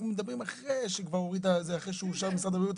אנחנו מדברים אחרי - כשהוא כבר אושר במשרד הבריאות,